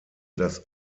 das